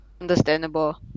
understandable